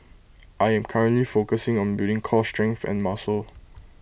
I am currently focusing on building core strength and muscle